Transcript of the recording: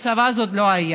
ובצבא זה עוד לא היה.